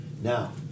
Now